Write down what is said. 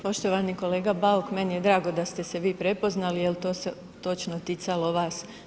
Poštovani kolega Bauk, meni je drago da ste se vi prepoznali jer to se točno ticalo vas.